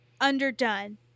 underdone